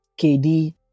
KD